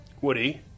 Woody